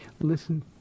listen